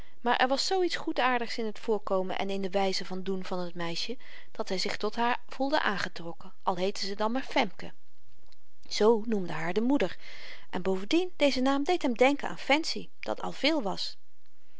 maar er was iets zoo goedaardigs in het voorkomen en in de wyze van doen van t meisje dat hy zich tot haar voelde aangetrokken al heette zy dan maar femke zoo noemde haar de moeder en bovendien deze naam deed hem denken aan fancy dat al veel was